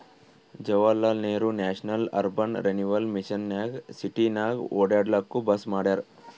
Jawaharlal Nehru national urban renewal mission ನಾಗ್ ಸಿಟಿನಾಗ್ ಒಡ್ಯಾಡ್ಲೂಕ್ ಬಸ್ ಮಾಡ್ಯಾರ್